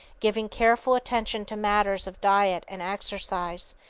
giving careful attention to matters of diet and exercise,